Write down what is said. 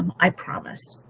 um i promise.